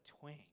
twang